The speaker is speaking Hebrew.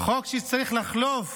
חוק שצריך לחלוף